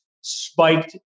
spiked